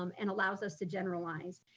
um and allows us to generalize.